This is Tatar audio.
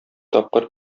тапкыр